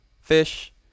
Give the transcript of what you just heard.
fish